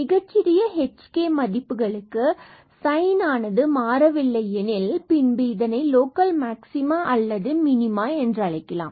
மிகச்சிறிய h மற்றும் k மதிப்புகளுக்கு சைன் ஆனது மாறவில்லை எனில் பின்பு இதனை லோக்கல் மாக்ஸிமா அல்லது மினிமா என்றழைக்கலாம்